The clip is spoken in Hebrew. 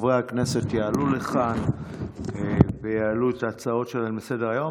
חברי הכנסת יעלו לכאן ויעלו את ההצעות שלהם לסדר-היום.